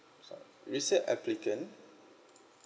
resale applicant